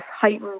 heightened